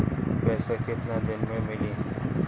पैसा केतना दिन में मिली?